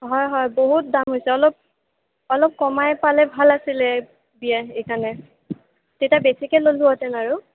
হয় হয় বহুত দাম হৈছে অলপ অলপ কমাই পালে ভাল আছিলে বিয়া এইকাৰণে তেতিয়া বেছিকে ল'লোহেতেন আৰু